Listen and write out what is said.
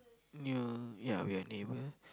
ya ya we are neighbour